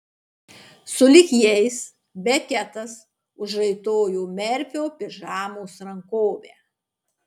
sulig jais beketas užraitojo merfio pižamos rankovę